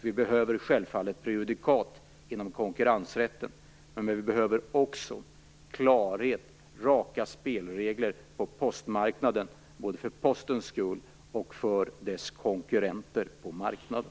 Det behövs självfallet prejudikat inom konkurrensrätten. Men det behövs också klarhet och raka spelregler på postmarknaden, både för postens skull och för dess konkurrenter på marknaden.